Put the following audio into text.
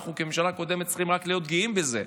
אנחנו כממשלה הקודמת צריכים רק להיות גאים בזה,